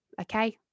Okay